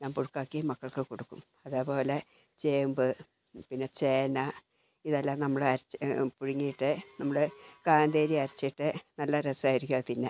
ഞാൻ പുഴുക്കാക്കി മക്കൾക്ക് കൊടുക്കും അതേപോലെ ചേമ്പ് പിന്നെ ചേന ഇതെല്ലം നമ്മൾ അരിച്ച് പുഴുങ്ങീട്ട് നമ്മൾ കാന്താരി അരച്ചിട്ട് നല്ല രസമായിരിക്കും അത് തിന്നാൻ